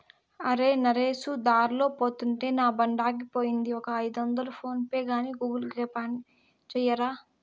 అరే, నరేసు దార్లో పోతుంటే నా బండాగిపోయింది, ఒక ఐదొందలు ఫోన్ పే గాని గూగుల్ పే గాని సెయ్యరా